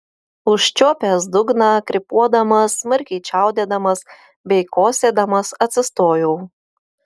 užčiuopęs dugną krypuodamas smarkiai čiaudėdamas bei kosėdamas atsistojau